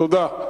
תודה.